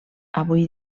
avui